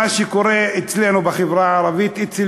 מה שקורה אצלנו בחברה הערבית, אצל